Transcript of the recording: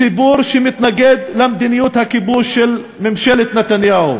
ציבור שמתנגד למדיניות הכיבוש של ממשלת נתניהו.